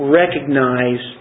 recognize